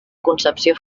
concepció